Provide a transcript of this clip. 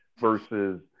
versus